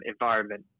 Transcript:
environment